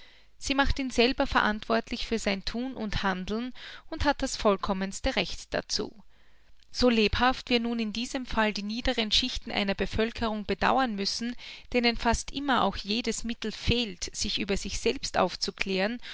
sie macht ihn selber verantwortlich für sein thun und handeln und hat das vollkommenste recht dazu so lebhaft wir nun in diesem fall die niederen schichten einer bevölkerung bedauern müssen denen fast immer aber auch jedes mittel fehlt sich über sich selbst aufzuklären